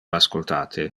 ascoltate